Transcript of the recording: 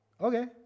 okay